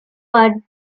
but